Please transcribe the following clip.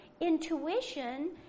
intuition